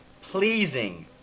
Pleasing